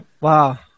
wow